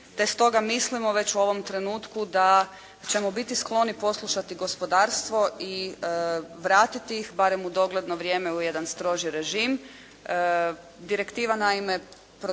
te stoga mislimo već u ovom trenutku da ćemo biti skloni poslušati gospodarstvo i vratiti ih barem u dogledno vrijeme jedan stroži režim.